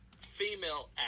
Female